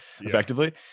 effectively